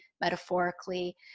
metaphorically